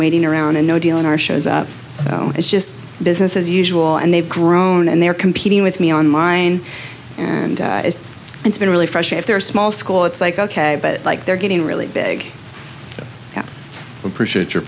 waiting around and no deal in our shows up so it's just business as usual and they've grown and they're competing with me on mine and it's been really fresh if they're a small school it's like ok but like they're getting really big now appreciate your